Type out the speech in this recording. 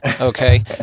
okay